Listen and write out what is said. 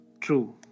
True